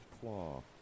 claw